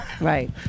right